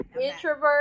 introvert